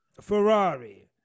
ferrari